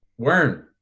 Wern